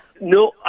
No